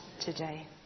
today